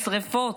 שרפות.